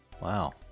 Wow